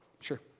Sure